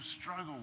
struggle